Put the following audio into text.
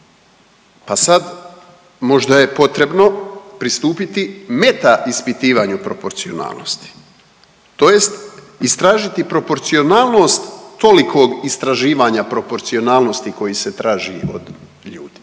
pa sad, možda je potrebno pristupiti meta ispitivanju proporcionalnosti tj. istražiti proporcionalnost tolikog istraživanja proporcionalnosti koji se traži od ljudi.